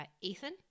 Ethan